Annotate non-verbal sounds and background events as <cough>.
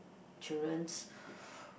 children's <breath>